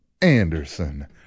Anderson